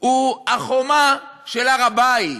הוא החומה של הר-הבית,